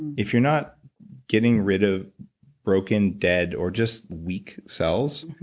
if you're not getting rid of broken, dead, or just weak cells,